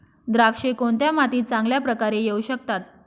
द्राक्षे कोणत्या मातीत चांगल्या प्रकारे येऊ शकतात?